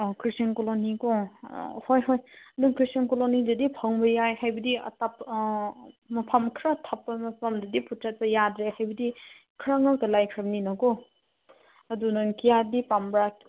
ꯑꯥ Christian ꯀꯣꯂꯣꯅꯤꯀꯣ ꯍꯣꯏ ꯍꯣꯏ ꯑꯗꯨ ꯈ꯭ꯔꯤꯁꯇꯦꯟ ꯀꯣꯂꯣꯅꯤꯗꯗꯤ ꯐꯪꯕ ꯌꯥꯏ ꯍꯥꯏꯕꯗꯤ ꯃꯐꯝ ꯈꯔ ꯊꯥꯞꯄ ꯃꯐꯝꯗꯗꯤ ꯆꯠꯄ ꯌꯥꯗ꯭ꯔꯦ ꯍꯥꯏꯕꯗꯤ ꯈꯔ ꯉꯥꯛꯇ ꯂꯥꯏꯈ꯭ꯔꯕꯅꯤꯅꯀꯣ ꯑꯗꯨ ꯅꯪ ꯀꯌꯥꯗꯤ ꯄꯥꯝꯕ꯭ꯔꯥ